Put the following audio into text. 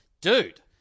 dude